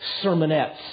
sermonettes